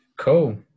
cool